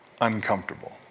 uncomfortable